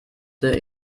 the